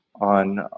on